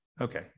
Okay